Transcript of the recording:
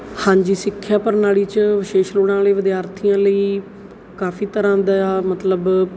ਹਾਂਜੀ ਸਿੱਖਿਆ ਪ੍ਰਣਾਲੀ 'ਚ ਵਿਸ਼ੇਸ਼ ਲੋੜਾਂ ਵਾਲੇ ਵਿਦਿਆਰਥੀਆਂ ਲਈ ਕਾਫੀ ਤਰ੍ਹਾਂ ਦਾ ਮਤਲਬ